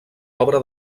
obra